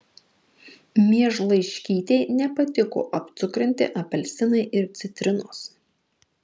miežlaiškytei nepatiko apcukrinti apelsinai ir citrinos